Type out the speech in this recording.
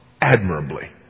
Admirably